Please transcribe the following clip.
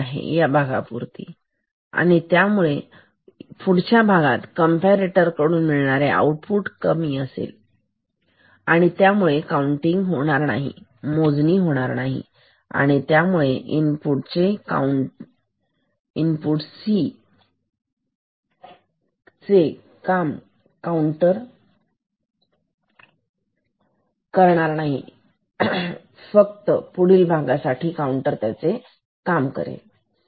Vy कमी आहे या भागासाठी त्यामुळे या भागामध्ये कंपरेटर कडून मिळणारे आउटपुट कमी असेल आणि त्यामुळे काउंटिंग होणार नाही मोजणी होणार नाही आणि त्यामुळे इनपुट c काउंटर काम करणार नाही फक्त हा पुढील भागातील काउंटर त्याचे काम करेल